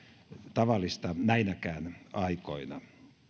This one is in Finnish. tavallista näinäkään aikoina